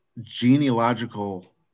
genealogical